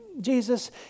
Jesus